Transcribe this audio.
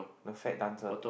the fat dancer